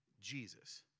Jesus